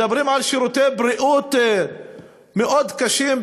מדברים על שירותי בריאות מאוד קשים,